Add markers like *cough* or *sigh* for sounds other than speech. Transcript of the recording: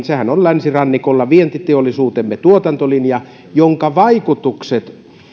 *unintelligible* sehän on länsirannikolla vientiteollisuutemme tuotantolinja jonka vaikutukset